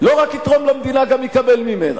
לא רק יתרום למדינה, גם יקבל ממנה.